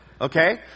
okay